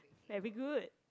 very good